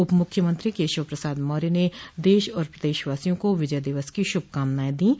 उप मुख्यमंत्री केशव प्रसाद मौर्य ने देश और प्रदेशवासियों को विजय दिवस की शुभ कामनाएं दी है